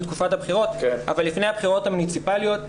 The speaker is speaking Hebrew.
תקופת הבחירות אבל לפני הבחירות המוניציפאליות,